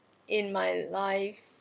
in my life